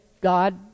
God